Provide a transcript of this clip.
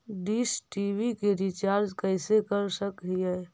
Dish TV के recharge कैसे कर सक हिय?